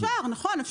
אפשר, נכון.